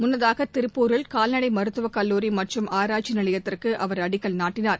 முன்னதாக திருப்பூரில் கால்நடை மருத்துவக்கல்லூரி மற்றும் ஆராய்ச்சி நிலையத்திற்கு அவர் அடிக்கல் நாட்டினார்